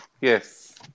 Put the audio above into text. yes